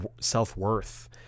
self-worth